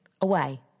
Away